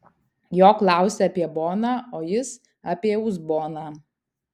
jo klausia apie boną o jis apie uzboną